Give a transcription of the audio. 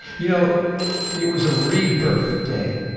you know it was a re-birth day.